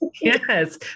Yes